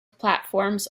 platforms